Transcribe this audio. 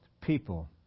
people